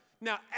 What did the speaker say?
Now